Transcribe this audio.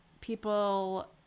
people